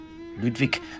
Ludwig